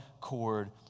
cord